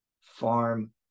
farm